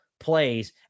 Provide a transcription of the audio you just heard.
plays